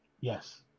Yes